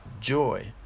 joy